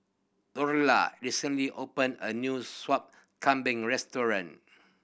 Dorla recently opened a new Sup Kambing restaurant